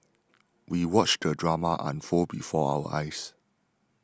we watched the drama unfold before our eyes